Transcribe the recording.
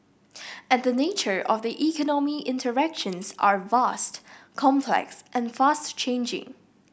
and the nature of the economy interactions are vast complex and fast changing